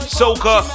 soca